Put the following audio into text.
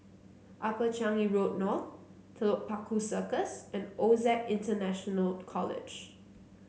Upper Changi Road North Telok Paku Circus and OSAC International College